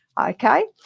okay